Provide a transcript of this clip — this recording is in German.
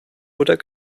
oder